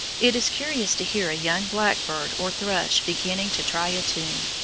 it is curious to hear a young blackbird or thrush beginning to try a tune.